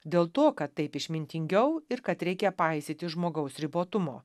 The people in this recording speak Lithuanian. dėl to kad taip išmintingiau ir kad reikia paisyti žmogaus ribotumo